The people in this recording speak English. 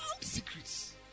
secrets